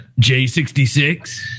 J66